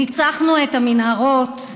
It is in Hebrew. ניצחנו את המנהרות.